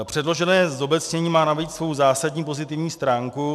Předložené zobecnění má navíc svou zásadní pozitivní stránku.